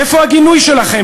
איפה הגינוי שלכם?